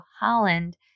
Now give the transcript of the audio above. Holland